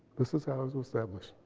this is how it was established.